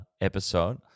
episode